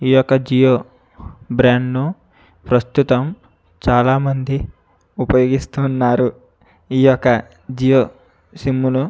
ఈ యొక్క జియో బ్రాండ్ను ప్రస్తుతం చాలా మంది ఉపయోగిస్తున్నారు ఈ యొక్క జియో సిమ్ను